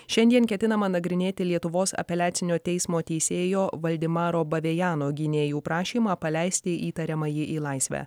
šiandien ketinama nagrinėti lietuvos apeliacinio teismo teisėjo valdemaro bavejano gynėjų prašymą paleisti įtariamąjį į laisvę